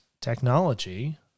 technology